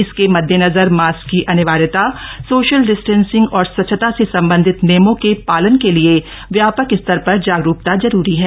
इसके मददेनजर मास्क की अनिवार्यता सोशल डिस्टेंसिंग और स्वच्छता से सबंधित नियमों के पालन के लिए व्यापक स्तर पर जागरूकता जरूरी है